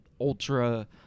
ultra